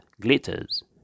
glitters